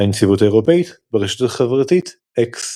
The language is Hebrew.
הנציבות האירופית, ברשת החברתית אקס